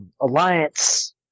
alliance